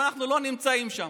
אבל אנחנו לא נמצאים שם.